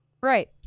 Right